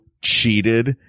cheated